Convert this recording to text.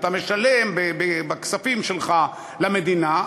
אתה משלם בכספים שלך למדינה,